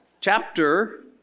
chapter